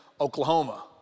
Oklahoma